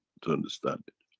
to understand it.